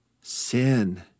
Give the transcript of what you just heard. sin